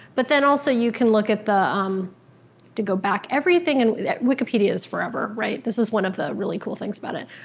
but then, also, you can look at the um to go back. everything in wikipedia is forever, right. this is one of the really cool things about it,